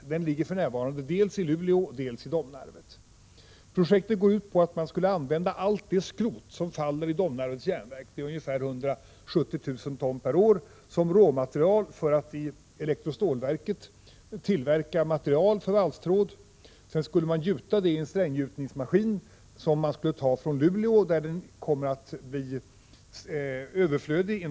För närvarande sker tillverkning dels i Luleå, dels i Domnarvet. Projektet går ut på att man skulle använda allt det skrot som faller i Domnarvets Jernverk — ungefär 170 000 ton per år - som råmaterial för att i elektrostålverket tillverka material för valstråd. Sedan skulle man gjuta materialet i en stränggjutningsmaskin från Luleå, där maskinen inom kort kommer att bli överflödig.